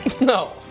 No